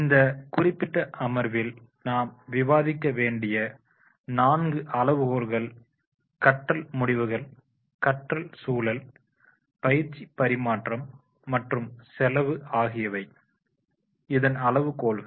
இந்தக் குறிப்பிட்ட அமர்வில் நாம் விவாதிக்க வேண்டிய நான்கு அளவுகோல்கள் கற்றல் முடிவுகள் கற்றல் சூழல் பயிற்சி பரிமாற்றம் மற்றும் செலவு ஆகியவை இதன் அளவு கோல்கள்